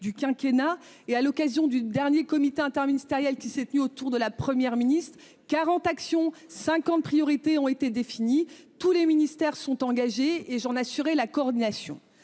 du quinquennat et à l'occasion du dernier comité interministériel qui s'est tenu autour de la Première ministre 40 actions 50 priorités ont été définies, tous les ministères sont engagés et j'en assurer la coordination